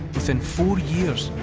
within four years,